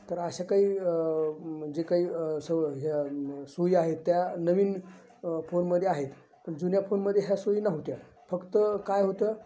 तर अशा काही म्हणजे काही स ह्या सोयी आहेत त्या नवीन फोनमध्ये आहेत प जुन्या फोनमध्ये ह्या सोयी नव्हत्या फक्त काय होतं